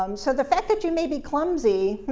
um so the fact that you may be clumsy,